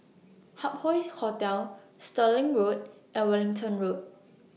Hup Hoe Hotel Stirling Road and Wellington Road